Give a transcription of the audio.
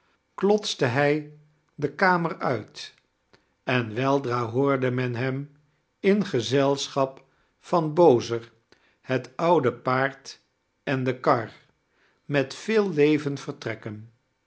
klotste hij de karner uit en weldra hoorde men hem in gezelschap van bozer het oude paard en de kar met veel leven vertrekken